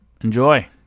enjoy